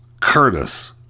Curtis